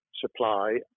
supply